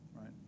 right